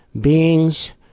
beings